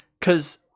Cause